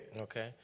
okay